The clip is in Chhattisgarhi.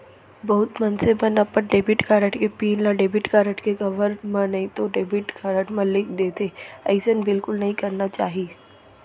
बहुत मनसे मन अपन डेबिट कारड के पिन ल डेबिट कारड के कवर म नइतो डेबिट कारड म लिख देथे, अइसन बिल्कुल नइ करना चाही